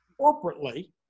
Corporately